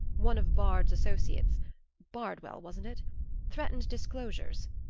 one of vard's associates bardwell, wasn't it threatened disclosures.